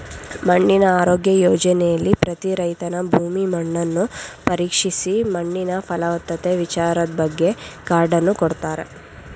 ಮಣ್ಣಿನ ಆರೋಗ್ಯ ಯೋಜನೆಲಿ ಪ್ರತಿ ರೈತನ ಭೂಮಿ ಮಣ್ಣನ್ನು ಪರೀಕ್ಷಿಸಿ ಮಣ್ಣಿನ ಫಲವತ್ತತೆ ವಿಚಾರದ್ಬಗ್ಗೆ ಕಾರ್ಡನ್ನು ಕೊಡ್ತಾರೆ